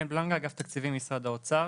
אני מאגף תקציבים במשרד האוצר.